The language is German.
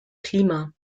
klima